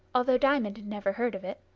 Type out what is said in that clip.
although diamond had never heard of it.